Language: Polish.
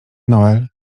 noel